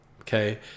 okay